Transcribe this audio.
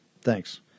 Thanks